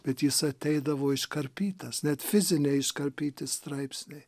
bet jis ateidavo iškarpytas net fiziniai iškarpyti straipsniai